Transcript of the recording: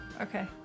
Okay